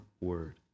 word